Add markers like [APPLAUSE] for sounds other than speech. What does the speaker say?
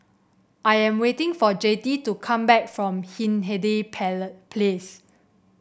I am waiting for Jettie to come back from Hindhede [UNINTELLIGIBLE] Place